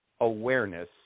Awareness